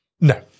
No